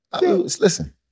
Listen